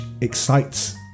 excites